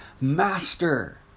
Master